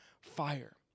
fire